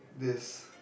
this